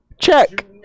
Check